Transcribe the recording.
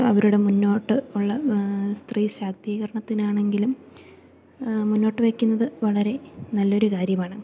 അവരുടെ മുന്നോട്ട് ഉള്ള സ്ത്രീ ശാക്തീകരണത്തിനാണെങ്കിലും മുന്നോട്ട് വെക്കുന്നത് വളരെ നല്ലൊരു കാര്യമാണ്